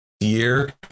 year